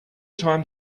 time